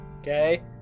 Okay